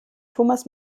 thomas